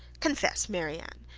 confess, marianne,